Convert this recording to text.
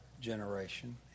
generation